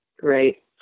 Great